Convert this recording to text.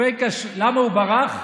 למה הוא ברח?